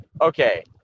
Okay